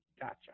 Gotcha